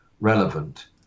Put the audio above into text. relevant